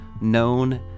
known